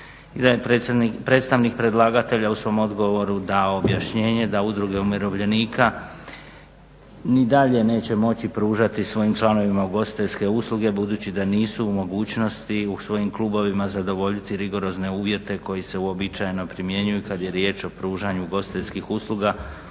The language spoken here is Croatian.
I da je predstavnik predlagatelja u svom odgovoru dao objašnjenje da udruge umirovljenika ni dalje neće moći pružati svojim članovima ugostiteljske usluge budući da nisu u mogućnosti u svojim klubovima zadovoljiti rigorozne uvjete koji se uobičajeno primjenjuju kad je riječ o pružanju ugostiteljskih usluga